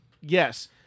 yes